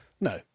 no